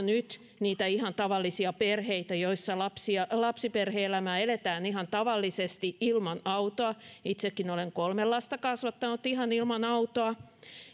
nyt niitä ihan tavallisia perheitä joissa lapsiperhe elämää eletään ihan tavallisesti ilman autoa itsekin olen kolme lasta kasvattanut ihan ilman autoa